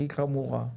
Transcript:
הכי חמורה.